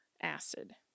acid